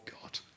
God